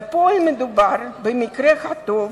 בפועל מדובר, במקרה הטוב,